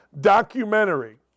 documentary